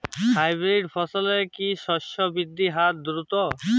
Hybrid ফসলের কি শস্য বৃদ্ধির হার দ্রুত?